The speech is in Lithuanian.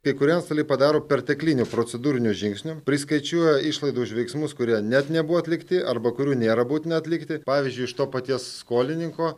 kai kurie antstoliai padaro perteklinių procedūrinių žingsnių priskaičiuoja išlaidų už veiksmus kurie net nebuvo atlikti arba kurių nėra būtina atlikti pavyzdžiui iš to paties skolininko